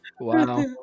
wow